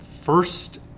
first